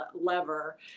lever